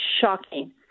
shocking